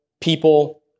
people